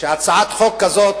שהצעת החוק הזאת